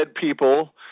people